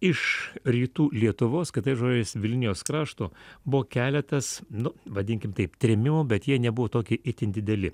iš rytų lietuvos kitais žodžiais vilnijos krašto buvo keletas nu vadinkim taip trėmimų bet jie nebuvo tokie itin dideli